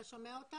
אתה שומע אותנו?